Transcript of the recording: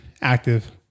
active